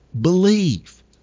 Believe